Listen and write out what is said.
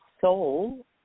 soul